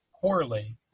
poorly